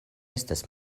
estas